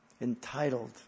entitled